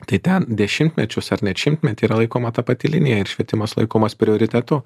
tai ten dešimtmečius ar net šimtmetį yra laikoma ta pati linija ir švietimas laikomas prioritetu